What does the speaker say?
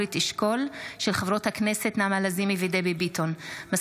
של חברות הכנסת נעמה לזימי ודבי ביטון בנושא: